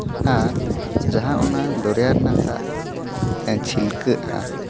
ᱟᱨ ᱡᱟᱦᱟᱸ ᱚᱱᱟ ᱫᱚᱨᱭᱟ ᱨᱮᱱᱟᱜ ᱫᱟᱜ ᱪᱷᱤᱞᱠᱟᱹᱜᱼᱟ